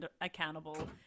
accountable